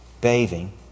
bathing